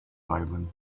violin